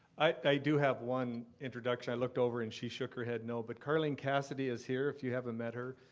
i do have one introduction. i looked over and she shook her head no, but carleen cassidy is here if you haven't met her.